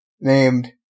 named